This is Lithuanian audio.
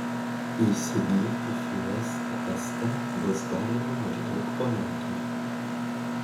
įsigyti fiesta st bus galima maždaug po metų